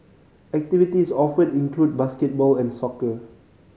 activities offered include basketball and soccer